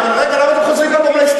אבל, רגע, למה אתם חוזרים לפרה-היסטוריה?